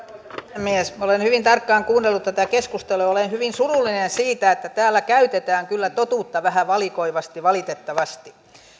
puhemies minä olen hyvin tarkkaan kuunnellut tätä keskustelua ja olen hyvin surullinen siitä että täällä käytetään kyllä totuutta vähän valikoivasti valitettavasti